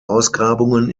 ausgrabungen